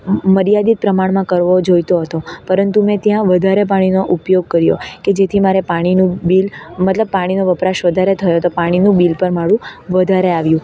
મર્યાદિત પ્રમાણમાં કરવો જોઈતો હતો પરંતુ મેં ત્યાં વધારે પાણીનો ઉપયોગ કર્યો કે જેથી મારે પાણીનું બિલ મતલબ પાણીનો વપરાશ વધારે થયો તો પાણીનું બિલ પણ મારું વધારે આવ્યું